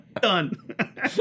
Done